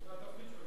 זה התפקיד שלו.